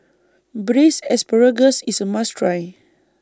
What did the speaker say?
Braised Asparagus IS A must Try